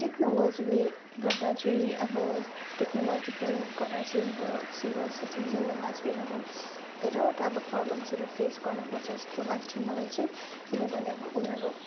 टेक्नोलोजीले गर्दा चाहिँ अब टेक्नोलोजी प्रयोग गर्दा चाहिँ अब सिनियर सिटिजनहरूलाई चाहिँ अब धेरैवटा अब प्रोबलम्सहरू फेस गर्नुपर्छ जस्तो लाग्छ मलाई चाहिँ किनभने अब उनीहरू